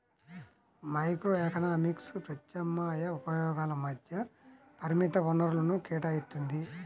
microeconomics ప్రత్యామ్నాయ ఉపయోగాల మధ్య పరిమిత వనరులను కేటాయిత్తుంది